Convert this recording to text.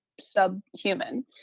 subhuman